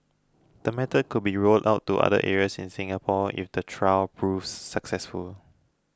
the method could be rolled out to other areas in Singapore if the trial proves successful